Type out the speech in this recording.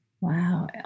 Wow